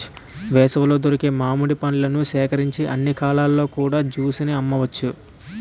వేసవిలో దొరికే మామిడి పండ్లను సేకరించి అన్ని కాలాల్లో కూడా జ్యూస్ ని అమ్మవచ్చు